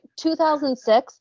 2006